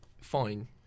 fine